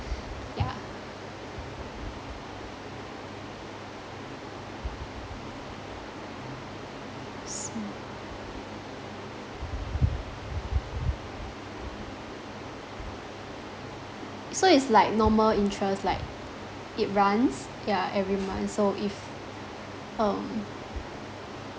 yeah s~ um so it's like normal interest like it runs yeah every month so if um